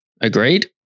Agreed